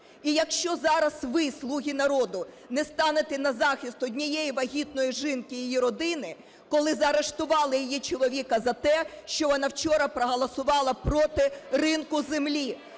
І якщо зараз ви, "Слуги народу", не станете на захист однієї вагітної жінки і її родини, коли заарештували її чоловіка за те, що вона вчора проголосувала проти ринку землі,